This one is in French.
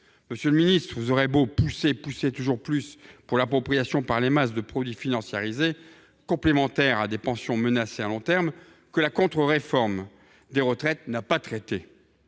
Monsieur le ministre, vous aurez beau pousser et pousser encore pour l’appropriation par les masses de produits financiarisés complémentaires de pensions menacées à long terme, sujet que la contre réforme des retraites n’a pas traité,